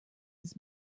his